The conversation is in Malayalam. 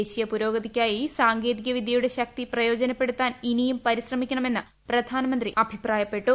ദേശീയ പുരോഗതിക്കായി സാങ്കേതിക വിദ്യയുടെ ശക്തി പ്രയോജനപ്പെടുത്താൻ ഇനിയും പരിശ്രമിക്കണമെന്ന് പ്രധാനമന്ത്രി അഭിപ്രായപ്പെട്ടു